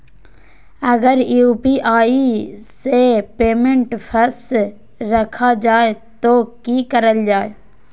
अगर यू.पी.आई से पेमेंट फस रखा जाए तो की करल जाए?